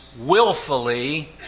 willfully